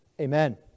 amen